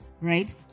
right